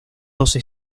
doce